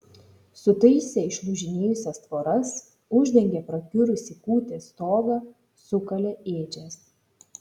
sutaisė išlūžinėjusias tvoras uždengė prakiurusį kūtės stogą sukalė ėdžias